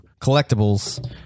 Collectibles